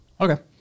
Okay